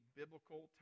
biblical